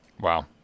Wow